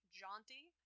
jaunty